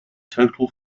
total